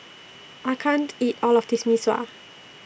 I can't eat All of This Mee Sua